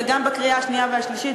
וגם בקריאה השנייה והשלישית,